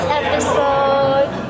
episode